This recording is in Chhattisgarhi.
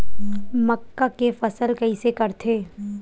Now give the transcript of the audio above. मक्का के फसल कइसे करथे?